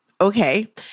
Okay